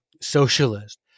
socialist